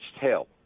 tail